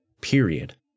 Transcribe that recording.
Period